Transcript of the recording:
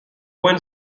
point